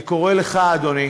אני קורא לך, אדוני